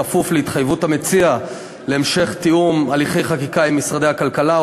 בכפוף להתחייבות המציע להמשך תיאום הליכי חקיקה עם משרדי הכלכלה,